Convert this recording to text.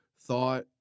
thought